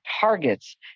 targets